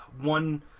one